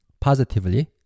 positively